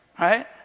right